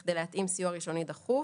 כדי להתאים סיוע ראשוני דחוף.